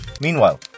Meanwhile